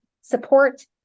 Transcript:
support